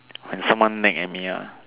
when someone nag at me ah